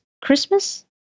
Christmas